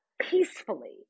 peacefully